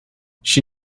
she